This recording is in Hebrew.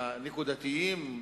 הנקודתיים,